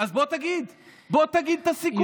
אז בוא תגיד, בוא תגיד את הסיכומים.